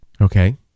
Okay